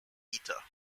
ether